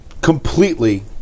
completely